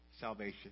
salvation